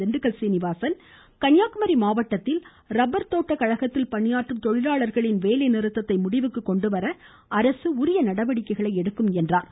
திண்டுக்கல் சீனிவாசன் கன்னியாகுமரி மாவட்த்தில் உள்ள ரப்பர் தோட்ட கழகத்தில் பணியாற்றும் தொழிலாளர்களின் வேலை நிறுத்தத்தை முடிவுக்கு கொண்டுவர அரசு உரிய நடவடிக்கைகளை எடுக்கும் என்று கூறினார்